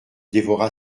dévora